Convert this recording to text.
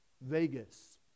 Vegas